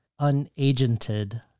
unagented